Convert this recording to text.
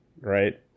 right